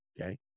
okay